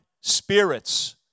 spirits